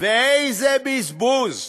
ואיזה בזבוז,